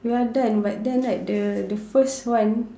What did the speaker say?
we are done but then like the the first one